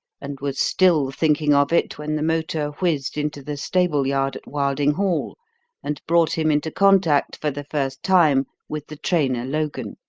and was still thinking of it when the motor whizzed into the stable yard at wilding hall and brought him into contact for the first time with the trainer, logan.